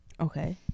Okay